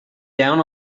down